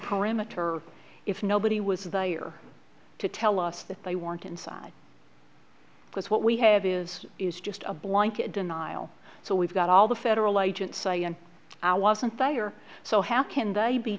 perimeter if nobody was valure to tell us that they weren't inside because what we have is is just a blanket denial so we've got all the federal agents say and i wasn't sire so how can they be